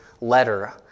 letter